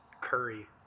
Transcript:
curry